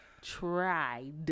tried